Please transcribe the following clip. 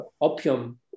opium